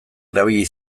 erabili